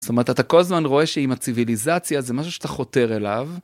זאת אומרת, אתה כל הזמן רואה שאם הציביליזציה זה משהו שאתה חותר אליו.